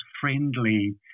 friendly